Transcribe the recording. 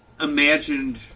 imagined